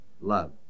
Love